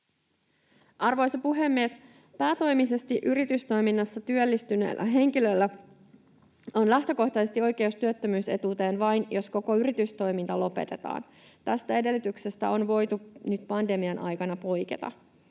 Arvoisa puhemies! Päätoimisesti yritystoiminnassa työllistyneellä henkilöllä on lähtökohtaisesti oikeus työttömyysetuuteen vain, jos koko yritystoiminta lopetetaan. Tästä edellytyksestä on voitu nyt pandemian aikana poiketa.